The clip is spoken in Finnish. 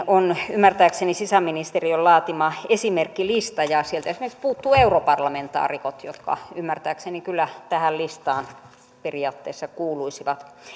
on ymmärtääkseni sisäministeriön laatima esimerkkilista ja sieltä esimerkiksi puuttuvat europarlamentaarikot jotka ymmärtääkseni kyllä tähän listaan periaatteessa kuuluisivat